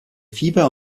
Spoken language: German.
fieber